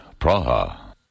Praha